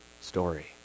story